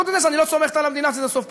חוץ מזה שאני לא סומכת על המדינה שזה סוף פסוק.